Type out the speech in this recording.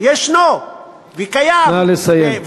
ישנו וקיים, נא לסיים.